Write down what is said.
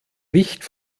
nicht